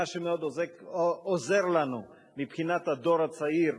מה שמאוד עוזר לנו מבחינת הדור הצעיר,